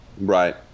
Right